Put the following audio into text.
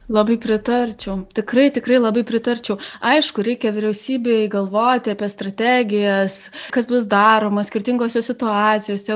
labai pritarčiau tikrai tikrai labai pritarčiau aišku reikia vyriausybei galvoti apie strategijas kas bus daroma skirtingose situacijose